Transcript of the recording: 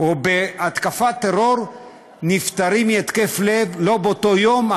או התקפת טרור נפטרים מהתקף לב לא באותו יום,